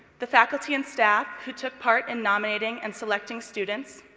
the faculty and staff who took part in nominating and selecting students,